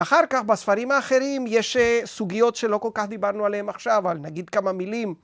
אחר כך בספרים האחרים יש סוגיות שלא כל כך דיברנו עליהן עכשיו, אז נגיד כמה מילים.